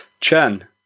Chen